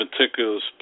meticulous